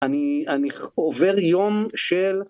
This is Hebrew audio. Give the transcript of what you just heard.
אני עובר יום של